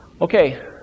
okay